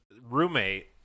roommate